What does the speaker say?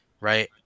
right